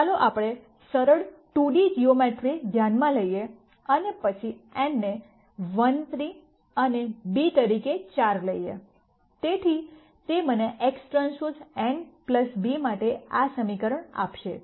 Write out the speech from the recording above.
તો ચાલો આપણે સરળ 2D જીઓમેટ્રી ધ્યાનમાં લઈએ અને પછી n ને 1 3 અને b તરીકે 4 લઈએ તેથી તે મને X T n b માટે આ સમીકરણ આપશે